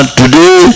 today